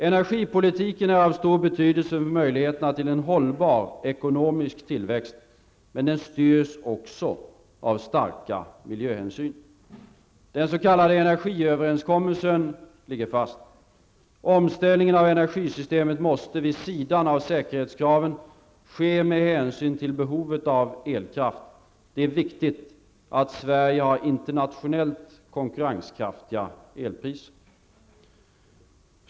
Energipolitiken är av stor betydelse för möjligheterna till en hållbar ekonomisk tillväxt, men den styrs också av starka miljöhänsyn. Den s.k. energiöverenskommelsen ligger fast. Omställningen av energisystemet måste, vid sidan av säkerhetskraven, ske med hänsyn till behovet av elkraft. Det är viktigt att Sverige har internationellt konkurrenskraftiga elpriser.